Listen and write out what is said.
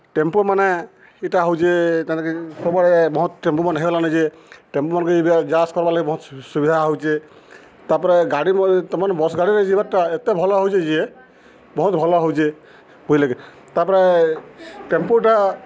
ଟେମ୍ପୋମାନେ ଇଟା ହଉଚେ କାଣାକି ସବୁବେଳେ ବହୁତ୍ ଟେମ୍ପୁମାନେ ହେଇଗଲାନ ଯେ ଟେମ୍ପୁମାନ୍କେ ଏବେ ଯା ଆସ୍ କର୍ବାର୍ଲାଗି ବହୁତ୍ ସୁବିଧା ହଉଚେ ତା'ପରେ ଗାଡ଼ିମାନେ ତା'ମାନେ ବସ୍ ଗାଡ଼ିରେ ଯିବାର୍ଟା ଏତେ ଭଲ୍ ହଉଚେ ଯେ ବହୁତ୍ ଭଲ୍ ହଉଚେ ବୁଝ୍ଲେକେଁ ତା'ପରେ ଟେମ୍ପୁଟା